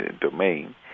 domain